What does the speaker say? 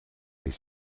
est